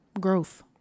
Growth